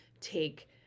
take